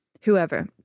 whoever